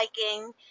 hiking